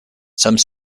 some